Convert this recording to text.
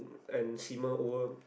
and steamer over